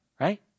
right